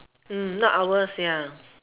mm not ours ya